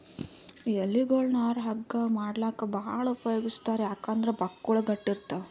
ಎಲಿಗೊಳ್ ನಾರ್ ಹಗ್ಗಾ ಮಾಡ್ಲಾಕ್ಕ್ ಭಾಳ್ ಉಪಯೋಗಿಸ್ತಾರ್ ಯಾಕಂದ್ರ್ ಬಕ್ಕುಳ್ ಗಟ್ಟ್ ಇರ್ತವ್